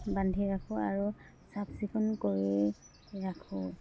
বান্ধি ৰাখোঁ আৰু চাফ চিকুণ কৰি ৰাখোঁ